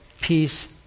peace